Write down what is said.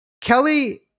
Kelly